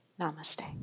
Namaste